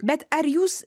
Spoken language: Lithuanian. bet ar jūs